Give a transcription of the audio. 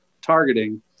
targeting